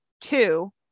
two